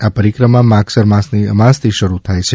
આ પરિક્રમા માગસર માસની અમાસથી શરૂ થાય છે